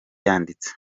yanditse